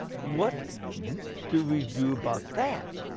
what do we do about that.